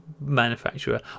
Manufacturer